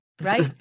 Right